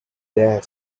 their